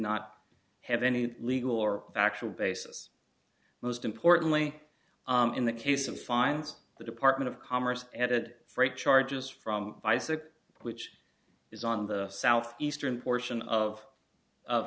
not have any legal or factual basis most importantly in the case of finds the department of commerce added freight charges from which is on the south eastern portion of